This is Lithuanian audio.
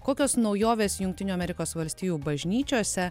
kokios naujovės jungtinių amerikos valstijų bažnyčiose